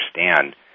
understand